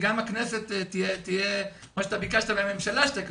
מה שביקשת מהממשלה שתקים,